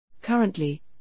Currently